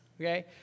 okay